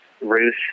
Ruth